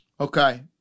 Okay